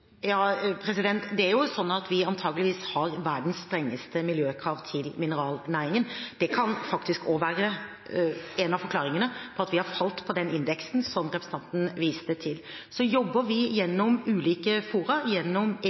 Vi har antageligvis verdens strengeste miljøkrav til mineralnæringen. Det kan faktisk være en av forklaringene på at vi har falt på den indeksen som representanten viste til. Vi jobber gjennom ulike fora – gjennom